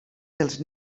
dels